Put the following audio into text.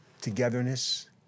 togetherness